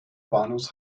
bahnhofs